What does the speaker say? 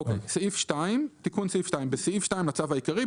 סעיף 2 2. בסעיף 2 לצו העיקרי,